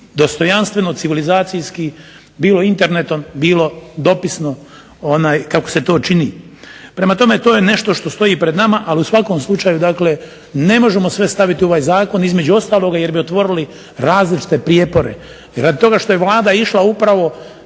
dostojanstveno, civilizacijski bilo internetom bilo dopisno kako se to čini. Prema tome to je nešto što stoji pred nama ali u svakom slučaju ne možemo sve staviti u ovaj zakon između ostaloga jer bi otvorili različite prijepore